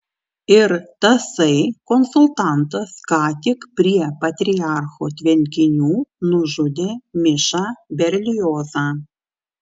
ir tasai konsultantas ką tik prie patriarcho tvenkinių nužudė mišą berliozą